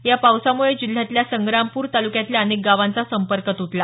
या पावसामुळे जिल्ह्यातल्या संग्रामपूर तालुक्यातल्या अनेक गावांचा संपर्क तुटला